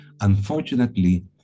unfortunately